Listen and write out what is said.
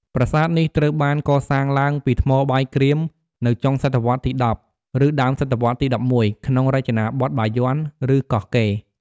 ប្រាសាទនេះត្រូវបានកសាងឡើងពីថ្មបាយក្រៀមនៅចុងសតវត្សរ៍ទី១០ ឬដើមសតវត្សរ៍ទី១១ ក្នុងរចនាបថបាយ័ន ឬកោះកេរ្ដិ៍។